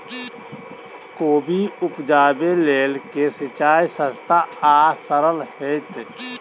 कोबी उपजाबे लेल केँ सिंचाई सस्ता आ सरल हेतइ?